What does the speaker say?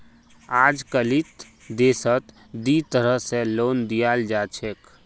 अजकालित देशत दी तरह स लोन दियाल जा छेक